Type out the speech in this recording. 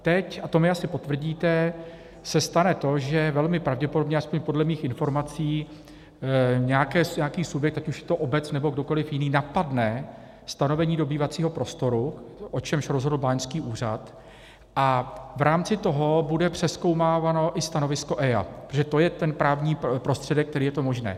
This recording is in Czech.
Teď, a to mi asi potvrdíte, se stane to, že velmi pravděpodobně, aspoň podle mých informací, nějaký subjekt, ať už je to obec, nebo kdokoliv jiný, napadne stanovení dobývacího prostoru, o čemž rozhodl báňský úřad, a v rámci toho bude přezkoumáváno i stanovisko EIA, protože to je ten právní prostředek, tedy je to možné.